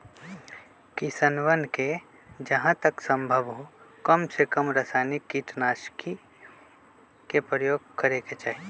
किसनवन के जहां तक संभव हो कमसेकम रसायनिक कीटनाशी के प्रयोग करे के चाहि